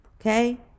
okay